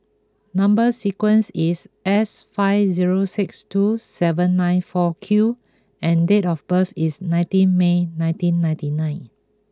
number sequence is S five zero six two seven nine four Q and date of birth is nineteen May nineteen ninety nine